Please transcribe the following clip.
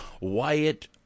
Wyatt